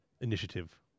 initiative